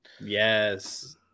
Yes